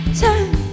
time